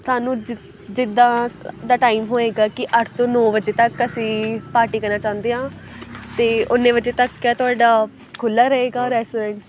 ਸਾਨੂੰ ਜਿ ਜਿੱਦਾਂ ਸ ਦਾ ਟਾਈਮ ਹੋਵੇਗਾ ਕਿ ਅੱਠ ਤੋਂ ਨੌ ਵਜੇ ਤੱਕ ਅਸੀਂ ਪਾਰਟੀ ਕਰਨਾ ਚਾਹੁੰਦੇ ਹਾਂ ਤਾਂ ਉੰਨੇ ਵਜੇ ਤੱਕ ਕਿਆ ਤੁਹਾਡਾ ਖੁੱਲ੍ਹਾ ਰਹੇਗਾ ਰੈਸਟੋਰੈਂਟ